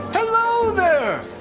hello there!